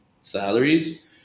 salaries